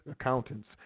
accountants